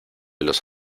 los